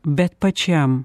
bet pačiam